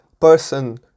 person